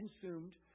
consumed